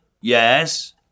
Yes